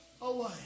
away